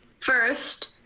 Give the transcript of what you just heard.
First